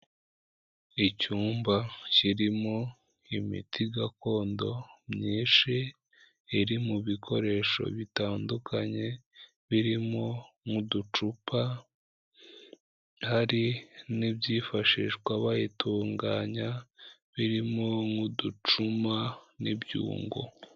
Icyumba kirimo imiti gakondo myinshi, iri mu bikoresho bitandukanye, birimo nk'uducupa, hari n'ibyifashishwa bayitunganya, birimo nk'uducuma n'ibyungo.